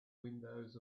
windows